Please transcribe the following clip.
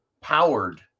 powered